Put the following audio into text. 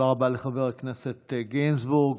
תודה רבה לחבר הכנסת גינזבורג.